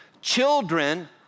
Children